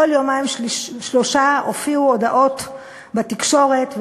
כל יומיים-שלושה הופיעו הודעות בתקשורת,